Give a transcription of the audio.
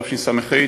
תשס"ה,